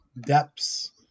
Depths